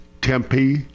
Tempe